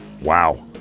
wow